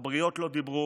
הבריות לא דיברו,